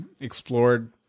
explored